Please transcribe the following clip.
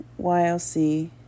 YLC